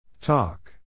Talk